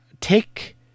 take